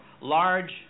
large